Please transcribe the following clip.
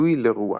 לואי לרואה,